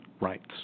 rights